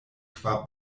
kvar